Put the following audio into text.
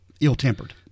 ill-tempered